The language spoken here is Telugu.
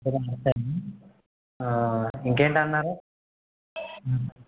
సరేనండి సరేనా ఇంకేంటి అన్నారు